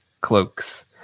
cloaks